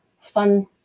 fun